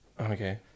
Okay